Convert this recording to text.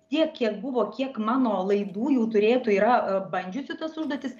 tiek kiek buvo kiek mano laidų jau turėtų yra bandžiusių tas užduotis